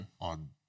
on